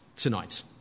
Tonight